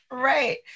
right